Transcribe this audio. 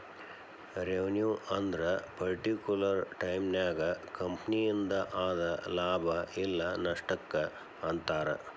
revenue ಅಂದ್ರ particular ಟೈಮನ್ಯಾಗ ಕಂಪನಿಯಿಂದ ಆದ ಲಾಭ ಇಲ್ಲ ನಷ್ಟಕ್ಕ ಅಂತಾರ